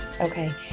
Okay